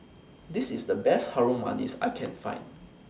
This IS The Best Harum Manis that I Can Find